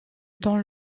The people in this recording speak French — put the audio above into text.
dans